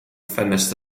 ffenest